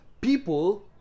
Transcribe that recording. people